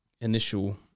initial